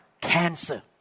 cancer